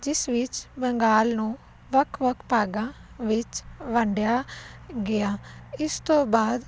ਜਿਸ ਵਿੱਚ ਬੰਗਾਲ ਨੂੰ ਵੱਖ ਵੱਖ ਭਾਗਾਂ ਵਿੱਚ ਵੰਡਿਆ ਗਿਆ ਇਸ ਤੋਂ ਬਾਅਦ